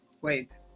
wait